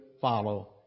follow